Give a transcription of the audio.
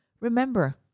remember